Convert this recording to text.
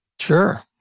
Sure